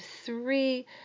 three